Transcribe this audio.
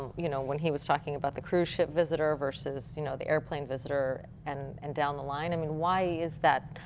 you know when he was talking about the cruise ship visitor, versus you know airplane visitor and and down the line. i mean why is that,